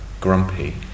grumpy